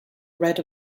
red